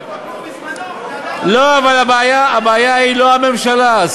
בזמנו, אבל עדיין, לא, אבל הבעיה היא לא הממשלה.